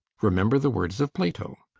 remember the words of plato.